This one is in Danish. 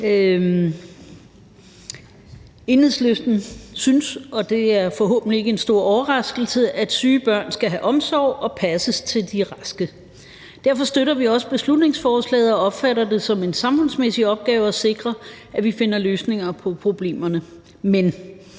Enhedslisten synes, og det er forhåbentlig ikke en stor overraskelse, at syge børn skal have omsorg og passes, indtil de er raske. Derfor støtter vi også beslutningsforslaget og opfatter det som en samfundsmæssig opgave at sikre, at vi finder løsninger på problemerne. Men